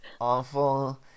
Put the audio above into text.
Awful